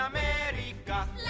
America